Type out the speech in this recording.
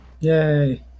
Yay